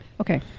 Okay